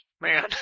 man